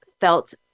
felt